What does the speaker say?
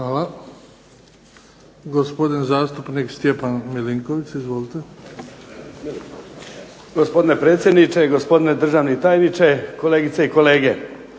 Hvala. Gospodin zastupnik Stjepan Milinković. Izvolite. **Milinković, Stjepan (HDZ)** Gospodine predsjedniče, gospodine državni tajniče, kolegice i kolege.